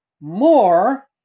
more